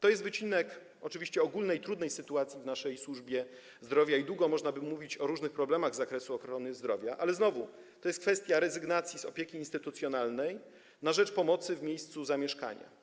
To jest oczywiście wycinek ogólnie trudnej sytuacji w naszej służbie zdrowia, długo można by mówić o różnych problemach z zakresu ochrony zdrowia, ale znowu, to jest kwestia rezygnacji z opieki instytucjonalnej na rzecz pomocy w miejscu zamieszkania.